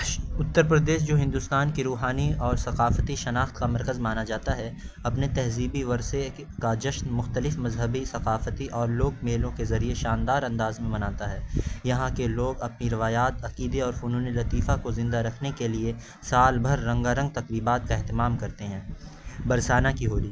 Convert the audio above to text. اتر پردیش جو ہندوستان کی روحانی اور ثقافتی شناخت کا مرکز مانا جاتا ہے اپنے تہذیبی ورثے کا جشن مختلف مذہبی ثقافتی اور لوک میلوں کے ذریعے شاندار انداز میں مناتا ہے یہاں کے لوگ اپنی روایات عقیدے اور فنون لطیفہ کو زندہ رکھنے کے لیے سال بھر رنگا رنگ تقریبات کا اہتمام کرتے ہیں برسانہ کی ہولی